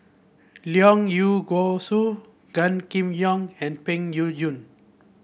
Leong Yee Goo Soo Gan Kim Yong and Peng Yuyun